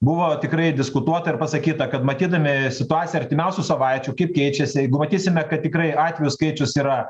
buvo tikrai diskutuota ir pasakyta kad matydami situaciją artimiausių savaičių kaip keičiasi jeigu matysime kad tikrai atvejų skaičius yra